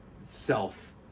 self